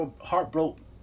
heartbroken